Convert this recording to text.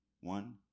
one